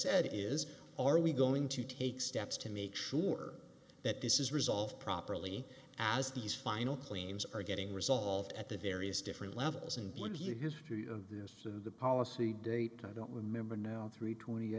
said is are we going to take steps to make sure that this is resolved properly as these final claims are getting resolved at the various different levels in blippy history of this flu the policy date i don't remember now three twenty